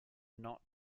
not